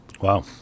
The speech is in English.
Wow